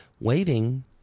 waiting